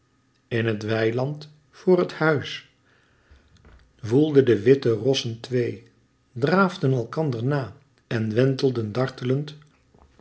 in het weiland voor het huis woelden de wilde witte rossen twee draafden elkander na en wentelden dartelend